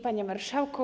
Panie Marszałku!